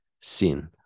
sin